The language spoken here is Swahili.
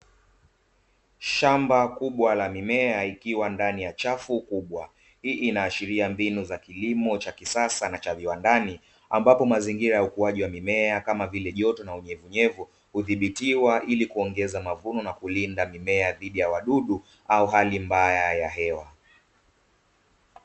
Shamba kubwa la mimea ikiwa ndani ya chafu kubwa, hii inaashiria mbinu za kilimo cha kisasa na cha viwandani ambapo mazingira ya ukuaji wa mimea kama vile joto na unyevunyevu hudhibitiwa ili kuongeza mavuno na kulinda mimea dhidi ya wadudu au hali mbaya ya hewa.